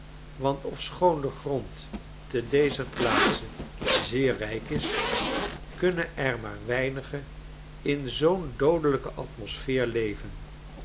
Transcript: want ofschoon de grond te dezer plaatse zeer ryk is kunnen er maar weinigen in zoo'n doodelijke atmosfeer leven